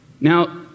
Now